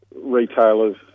retailers